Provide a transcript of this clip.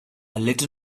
little